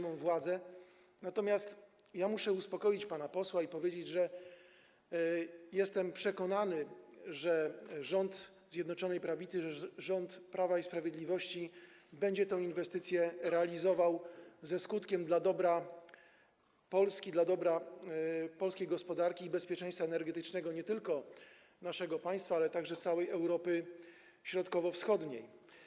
Muszę uspokoić pana posła i powiedzieć, że jestem przekonany, że rząd Zjednoczonej Prawicy, rząd Prawa i Sprawiedliwości, będzie tę inwestycję realizował ze skutkiem, dla dobra Polski, dla dobra polskiej gospodarki i bezpieczeństwa energetycznego nie tylko naszego państwa, ale całej Europy Środkowo-Wschodniej.